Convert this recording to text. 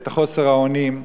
את חוסר האונים,